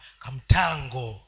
kamtango